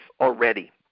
already